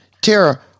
Tara